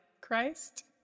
Christ